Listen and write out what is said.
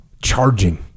charging